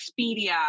Expedia